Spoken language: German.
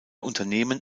unternehmen